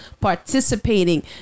participating